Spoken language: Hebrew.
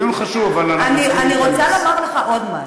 אבל עדיין --- אתה לא יכול להעביר לה את זמנך,